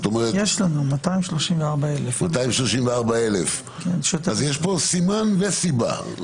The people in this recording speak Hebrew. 234,000. יש פה סימן וסיבה.